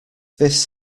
this